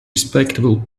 respectable